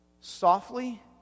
softly